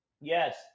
Yes